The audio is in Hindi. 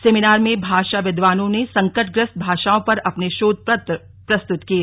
सेमीनार में भाषा विद्वानों ने संकटग्रस्त भाषाओं पर अपने शोध पत्र प्रस्तुत किए